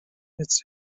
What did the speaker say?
its